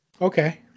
Okay